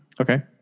Okay